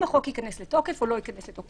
החוק ייכנס לתוקף או לא ייכנס לתוקף.